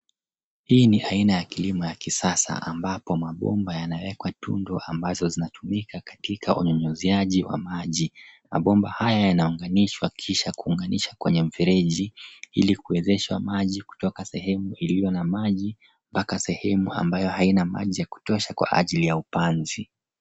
Hii ni aina ya kilimo ya kisasa ambapo mabomba yanawekwa tundu nazo zinatumika katika unyunyiziaji wa maji. Mabomba haya yanaunganishwa kisha kuunganisha kwenye mfereji ili kuweza maji kutoka sehemu iliyo na maji mpaka sehemu ambayo haina maji ya kutosha kwa ajili ya upanzi.